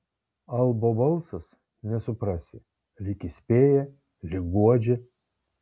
albo balsas nesuprasi lyg įspėja lyg guodžia